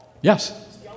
Yes